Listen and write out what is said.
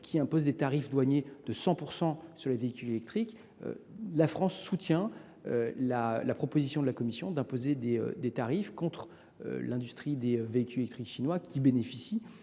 qui imposent des tarifs douaniers de 100 % sur les véhicules électriques. La France soutient la proposition de la Commission européenne d’imposer des tarifs contre l’industrie des véhicules électriques chinois, qui bénéficie